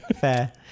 fair